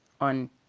on